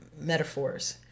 metaphors